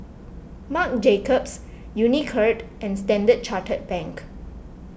Marc Jacobs Unicurd and Standard Chartered Bank